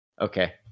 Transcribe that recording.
Okay